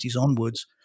onwards